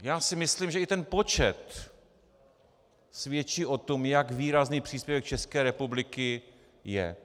Já si myslím, že i ten počet svědčí o tom, jak výrazný příspěvek České republiky je.